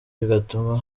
bigatuma